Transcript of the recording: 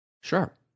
sure